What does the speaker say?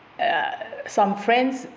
uh some friends